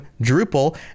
Drupal